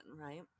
right